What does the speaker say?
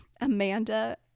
amanda